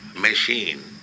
machine